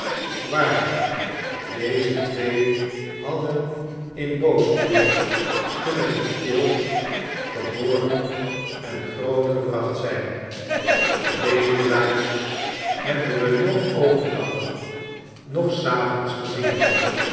waarlijk deze twee hadden in bow street kunnen geteeld geboren en grootgebracht zijn bedelaars hebben we noch over dag noch s avonds gezien